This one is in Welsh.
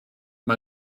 mae